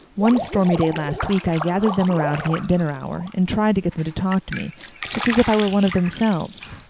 one stormy day last week i gathered them around me at dinner hour and tried to get them to talk to me just as if i were one of themselves.